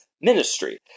ministry